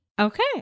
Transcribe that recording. Okay